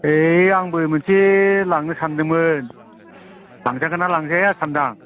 ए आंबो मोनसे लांनो सानदोंमोन लांजागोनना लांजाया सानदां